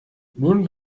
nun